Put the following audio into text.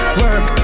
work